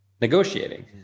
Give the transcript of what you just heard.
negotiating